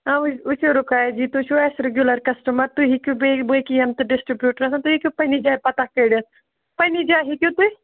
آ وۄنۍ وٕچھُو رُقیہ جی تُہۍ چھُو اَسہِ رِگیوٗلَر کَسٹَمَر تُہۍ ہیٚکِو بیٚیہِ باقِیَن تہِ ڈِسٹِبیوٗٹٕرَن تُہۍ ہیٚکِو پَنٛنہِ جایہِ پتہ کٔڑِتھ پَنٛنہِ جایہِ ہیٚکِو تُہۍ